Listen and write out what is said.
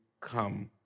come